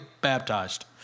baptized